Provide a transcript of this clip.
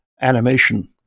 animation